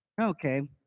Okay